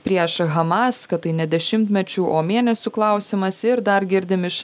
prieš hamas kad tai ne dešimtmečių o mėnesių klausimas ir dar girdim iš